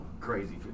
crazy